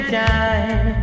time